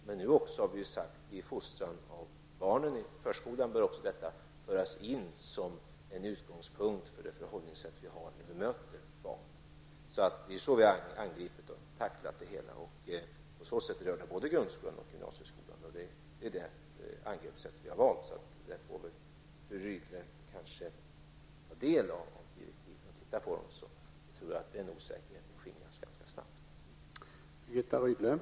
Men vi har nu sagt att detta även i samband med fostran av barnen i förskolan bör föras in som en utgångspunkt för det förhållningssätt vi har när vi möter barn. Det är alltså på det sättet vi har angripit och tacklat det hela, och det rör således både grundskolan och gymnasieskolan. Om fru Rydle tar del av direktiven tror jag nog att osäkerheten skingras ganska snabbt.